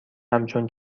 همچون